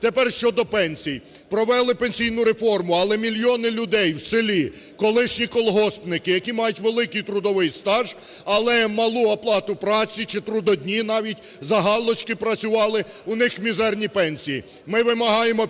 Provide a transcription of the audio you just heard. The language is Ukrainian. Тепер щодо пенсій. Провели пенсійну реформу, але мільйони людей в селі, колишні колгоспники, які мають великий трудовий стаж, але малу оплату праці чи трудодні навіть, за галочки працювали, у них мізерні пенсії. Ми вимагаємо підняти